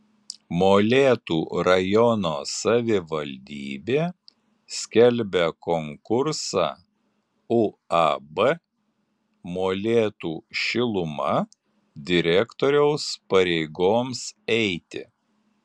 molėtų rajono savivaldybė skelbia konkursą uab molėtų šiluma direktoriaus pareigoms eiti